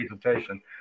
presentation